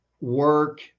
work